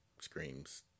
screams